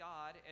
God